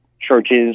churches